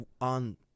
on